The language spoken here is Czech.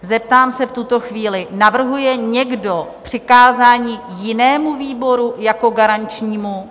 Zeptám se v tuto chvíli, navrhuje někdo přikázání jinému výboru jako garančnímu?